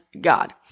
God